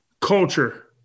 culture